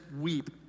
weep